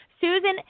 Susan